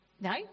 No